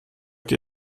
die